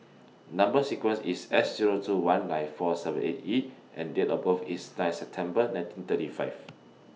Number sequence IS S Zero two one nine four seven eight E and Date of birth IS nine September nineteen thirty five